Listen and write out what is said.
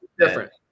Different